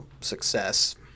success